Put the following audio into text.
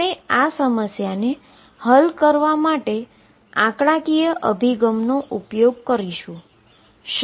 આપણે આ સમસ્યા ને હલ કરવા માટે ન્યુમેરીકલ અભિગમનો ઉપયોગ કરવા જઈ રહ્યા છીએ